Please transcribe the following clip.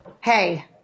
Hey